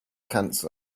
cancer